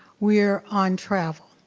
we are on travel.